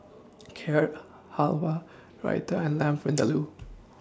Carrot Halwa Raita and Lamb Vindaloo